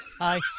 Hi